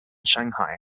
shanghai